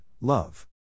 love